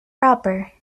proper